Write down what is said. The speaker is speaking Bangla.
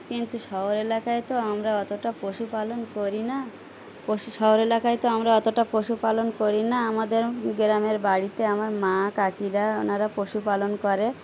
কিন্তু শহর এলাকায় তো আমরা অতটা পশুপালন করি না পশু শহর এলাকায় তো আমরা অতটা পশুপালন করি না আমাদের গ্রামের বাড়িতে আমার মা কাকিরা ওনারা পশুপালন করে